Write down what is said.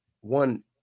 one